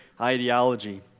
ideology